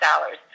dollars